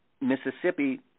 Mississippi